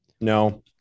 No